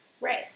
Right